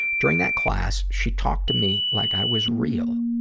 during that class, she talked to me like i was real.